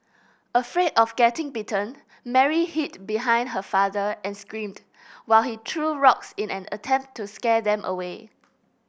afraid of getting bitten Mary hid behind her father and screamed while he threw rocks in an attempt to scare them away